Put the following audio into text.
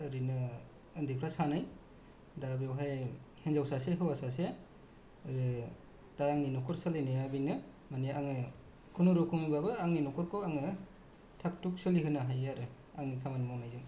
ओरैनो उन्दैफ्रा सानै दा बेयावहाय हौवा सासे हिनजाव सासे दा आंनि न'खर सालायनाया बेनो आङो खुनुरुखुमब्लाबो आङो आंनि न'खरखौ थाख थुग सोलिहोनो हायो आरो आंनि खामानि मावनायजों